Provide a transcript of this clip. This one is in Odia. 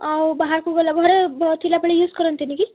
ଆଉ ବାହାରକୁ ଗଲା ପରେ ଘରେ ଥିଲା ବେଳେ ୟୁଜ୍ କରନ୍ତିନି କି